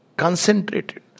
Concentrated